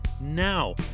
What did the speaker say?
now